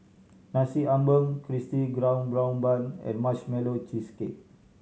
Nasi Ambeng Crispy Golden Brown Bun and Marshmallow Cheesecake